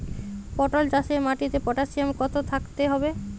পটল চাষে মাটিতে পটাশিয়াম কত থাকতে হবে?